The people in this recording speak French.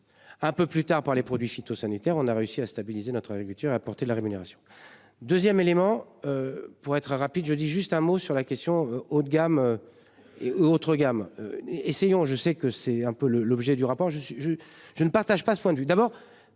Un peu plus tard par les produits phytosanitaires, on a réussi à stabiliser notre agriculture à portée de la rémunération. 2ème élément. Pour être rapide, je dis juste un mot sur la question haut de gamme. Et autres gammes. Essayons je sais que c'est un peu le, l'objet du rapport je je je ne partage pas ce point de vue d'abord.